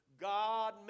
God